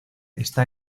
está